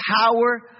power